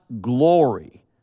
glory